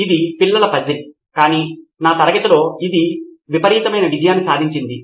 ఇది పిల్లల పజిల్ కానీ నా తరగతిలో ఇది విపరీతమైన విజయాన్ని సాధించింది